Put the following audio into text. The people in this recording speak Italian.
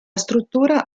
struttura